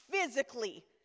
physically